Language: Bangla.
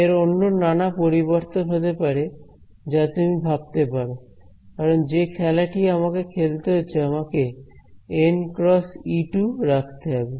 এর অন্য নানা পরিবর্তন হতে পারে যা তুমি ভাবতে পারো কারণ যে খেলাটি আমাকে খেলতে হচ্ছে আমাকে এন ক্রস ই 2 রাখতে হবে